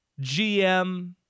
GM